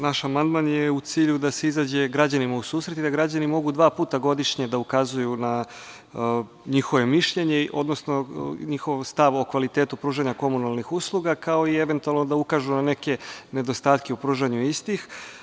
Naš amandman je u cilju da se izađe građanima u susret i da građani mogu dva puta godišnje da ukazuju, odnosno njihovo mišljenje odnosno njihov stav o kvalitetu pružanja komunalnih usluga, kao i eventualno da ukažu na neke nedostatke u pružanju istih.